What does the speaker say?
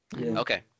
Okay